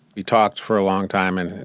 he talked for a long time. and,